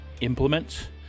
implement